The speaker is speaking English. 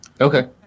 Okay